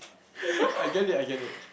I get it I get it